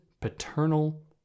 Paternal